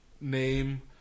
name